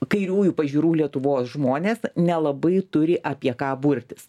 kairiųjų pažiūrų lietuvos žmonės nelabai turi apie ką burtis